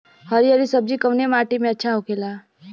हरी हरी सब्जी कवने माटी में अच्छा होखेला?